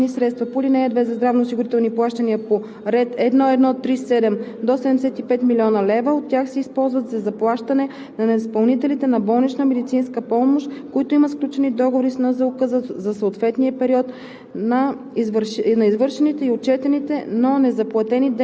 ...).“ 2. Алинея 3 се изменя така: „(3) При наличие на неусвоени средства по ал. 2 за здравноосигурителни плащания по ред 1.1.3.7, до 75 млн. лв. от тях се използват за заплащане на изпълнителите на болнична медицинска помощ, които имат сключени договори с НЗОК за съответния период,